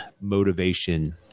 motivation